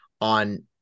on